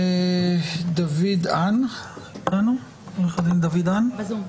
עורך הדין דוד האן איתנו בזום.